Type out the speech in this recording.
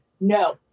no